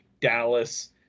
Dallas